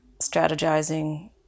strategizing